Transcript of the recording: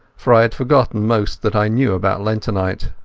for i had forgotten most that i knew about lentonite.